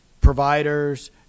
providers